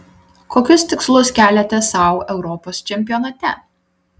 kokius tikslus keliate sau europos čempionate